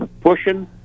pushing